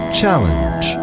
challenge